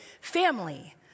family